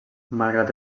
malgrat